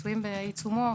בעיצומו,